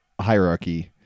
hierarchy